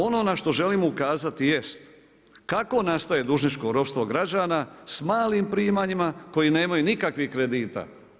Ono na što želim ukazati jest, kako nastaje dužničko ropstvo građana s malim primanjima koji nemaju nikakvih kredita.